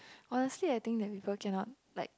honestly I think that people cannot like